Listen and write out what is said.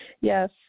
yes